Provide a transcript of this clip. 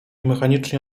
mechanicznie